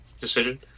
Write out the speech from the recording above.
decision